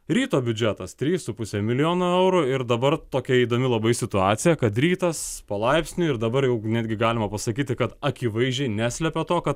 ryto biudžetas trys su puse milijono eurų ir dabar tokia įdomi labai situacija kad rytas palaipsniui ir dabar jau netgi galima pasakyti kad akivaizdžiai neslepia to kad